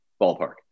Ballpark